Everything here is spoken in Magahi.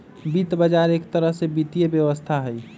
वित्त बजार एक तरह से वित्तीय व्यवस्था हई